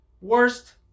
worst